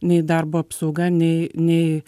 nei darbo apsauga nei nei